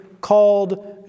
called